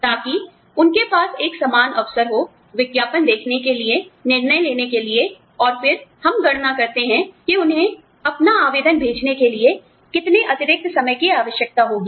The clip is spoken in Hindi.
ताकि उनके पास एक समान अवसर हो विज्ञापन देखने के लिए निर्णय लेने के लिए और फिर हम गणना करते हैं कि उन्हें अपना आवेदन भेजने के लिए कितने अतिरिक्त समय की आवश्यकता होगी